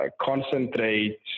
concentrate